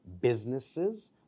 businesses